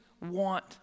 want